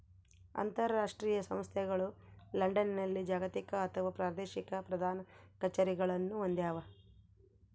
ಅಂತರಾಷ್ಟ್ರೀಯ ಸಂಸ್ಥೆಗಳು ಲಂಡನ್ನಲ್ಲಿ ಜಾಗತಿಕ ಅಥವಾ ಪ್ರಾದೇಶಿಕ ಪ್ರಧಾನ ಕಛೇರಿಗಳನ್ನು ಹೊಂದ್ಯಾವ